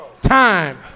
Time